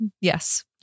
Yes